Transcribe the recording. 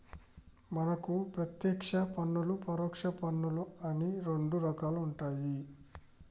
మనకు పత్యేక్ష పన్నులు పరొచ్చ పన్నులు అని రెండు రకాలుంటాయి